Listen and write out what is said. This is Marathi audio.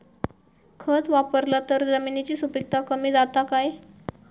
खत वापरला तर जमिनीची सुपीकता कमी जाता काय?